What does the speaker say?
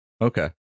Okay